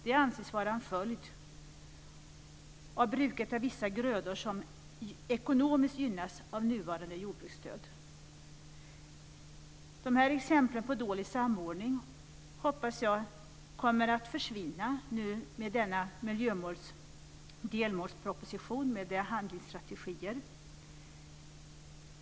Det anses vara en följd av bruket av vissa grödor som ekonomiskt gynnas av nuvarande jordbruksstöd. De här exemplen på dålig samordning hoppas jag kommer att försvinna med denna delmålsproposition med handlingsstrategier.